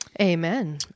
Amen